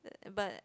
and but